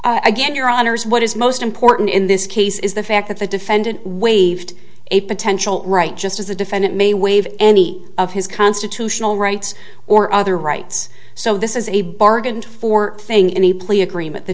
again your honour's what is most important in this case is the fact that the defendant waived a potential right just as the defendant may waive any of his constitutional rights or other rights so this is a bargained for thing in the plea agreement the